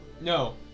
no